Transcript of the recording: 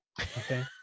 okay